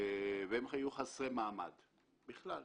והם היו חסרי מעמד בכלל.